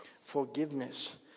Forgiveness